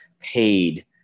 paid